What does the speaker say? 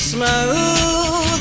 Smooth